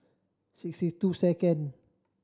sixty two second